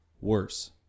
worse